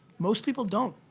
most people don't.